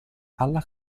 alla